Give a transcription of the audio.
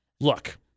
Look